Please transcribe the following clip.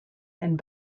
and